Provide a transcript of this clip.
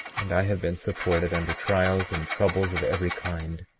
and i have been supported under trials and troubles of every kind,